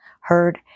heard